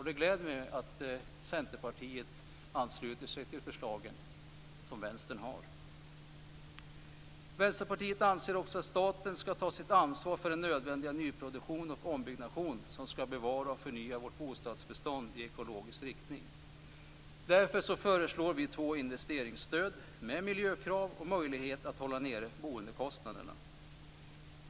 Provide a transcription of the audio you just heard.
Det gläder mig att Centerpartiet ansluter sig till de förslag som Vänstern har. Vänsterpartiet anser också att staten skall ta sitt ansvar för den nödvändiga nyproduktion och ombyggnation som skall bevara och förnya vårt bostadsbestånd i ekologisk riktning. Därför föreslår vi två investeringsstöd med miljökrav och möjlighet att hålla nere boendekostnaderna.